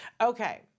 Okay